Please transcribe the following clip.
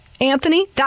Anthony